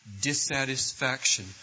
dissatisfaction